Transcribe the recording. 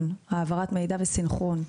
העברת מידע וסנכרון.